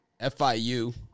FIU